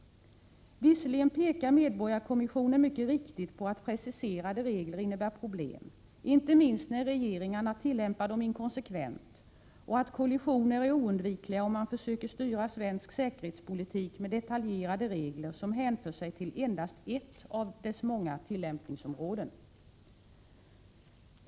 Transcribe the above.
Visserligen pekar medborgarkommissionen mycket riktigt på att preciserade regler innebär problem, inte minst när regeringar tillämpar dem inkonsekvent, och att kollisioner är oundvikliga om man försöker styra svensk säkerhetspolitik med detaljerade regler som hänför sig till endast ett av dess många tillämpningsområden.